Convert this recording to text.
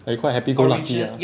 like you quite happy go lucky lah